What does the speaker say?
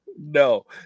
No